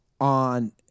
on